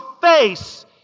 face